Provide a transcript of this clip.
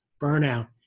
burnout